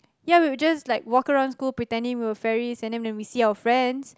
ya we will just like walk around school pretending we were fairies and then when we see our friends